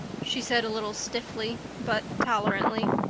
she said a little stiffly but tolerantly.